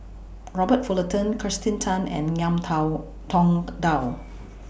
Robert Fullerton Kirsten Tan and Ngiam Tao Tong Dow